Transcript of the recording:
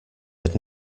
had